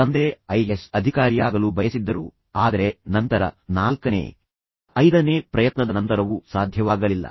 ತಂದೆ ಐಎಎಸ್ ಅಧಿಕಾರಿಯಾಗಲು ಬಯಸಿದ್ದರು ಆದರೆ ನಂತರ ನಾಲ್ಕನೇ ಐದನೇ ಪ್ರಯತ್ನದ ನಂತರವೂ ಅವರು ಆಗಲು ಸಾಧ್ಯವಾಗಲಿಲ್ಲ